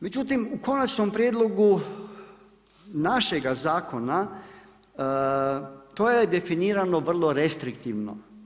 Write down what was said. Međutim, u konačnom prijedlogu našega zakona to je definirano vrlo restriktivno.